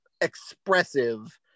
expressive